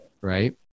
right